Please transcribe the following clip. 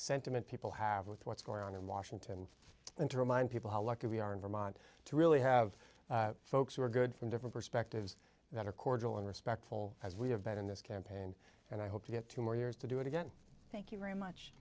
sentiment people have with what's going on in washington and to remind people how lucky we are in vermont to really have folks who are good from different perspectives that are cordial and respectful as we have been in this campaign and i hope to get two more years to do it again thank you very much